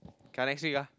try next week lah